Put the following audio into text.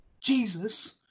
Jesus